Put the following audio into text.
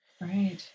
Right